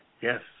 Yes